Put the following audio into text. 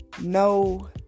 No